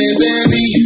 baby